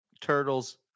Turtles